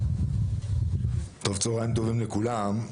צוהריים טובים לכולם,